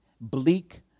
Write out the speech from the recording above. bleak